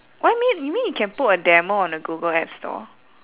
what you mean you mean you can put a demo on the google app store